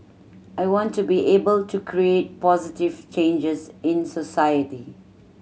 I want to be able to create positive changes in society